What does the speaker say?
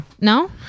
No